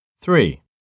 Three